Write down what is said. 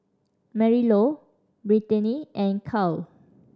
Marylou Brittanie and Kyle